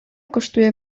kosztuje